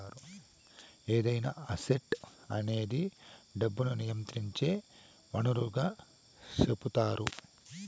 ఏదైనా అసెట్ అనేది డబ్బును నియంత్రించే వనరుగా సెపుతారు